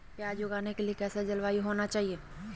प्याज उगाने के लिए जलवायु कैसा होना चाहिए?